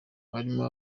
barimo